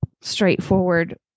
straightforward